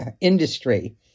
industry